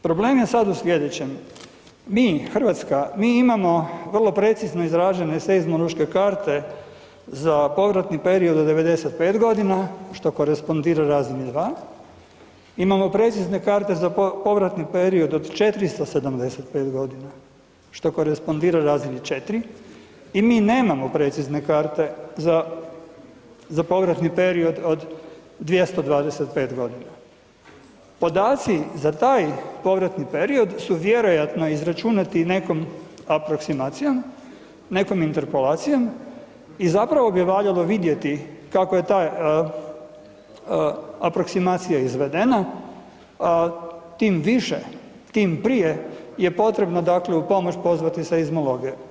Problem je sad u slijedećem, mi, RH, mi imamo vrlo precizno izražene seizmološke karte za povratni period od 95.g., što korespondira razini 2, imamo precizne karte za povratni period od 475.g., što korespondira razini 4 i mi nemamo precizne karte za, za povratni period od 225.g. Podaci za taj povratni period su vjerojatno izračunati nekom aproksimacijom, nekom interpolacijom i zapravo bi valjalo vidjeti kako je ta aproksimacija izvedena, tim više, tim prije je potrebno dakle u pomoć pozvati seizmologe.